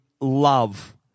love